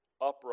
upright